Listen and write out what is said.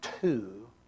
two